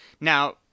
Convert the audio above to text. now